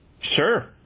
Sure